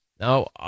now